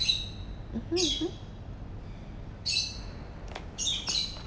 mmhmm mmhmm